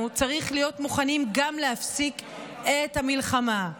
צריך להיות מוכנים גם להפסיק את המלחמה.